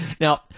now